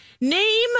Name